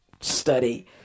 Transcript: study